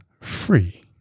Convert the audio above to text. Free